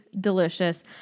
delicious